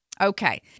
Okay